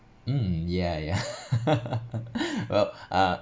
um yeah yeah well uh